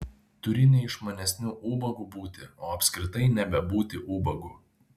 turi ne išmanesniu ubagu būti o apskritai nebebūti ubagu